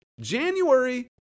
January